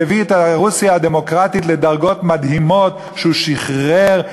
שהביא את רוסיה הדמוקרטית לדרגות מדהימות כשהוא שחרר,